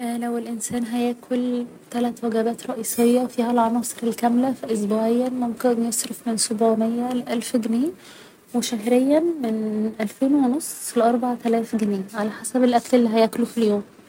لو الإنسان هياكل تلات وجبات رئيسية فيها العناصر الكاملة ف اسبوعياً ممكن يصرف من سوبعومية لألف جنيه و شهريا من ألفين و نص لأربع ألاف جنيه على حسب الأكل اللي هياكله في اليوم